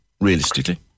realistically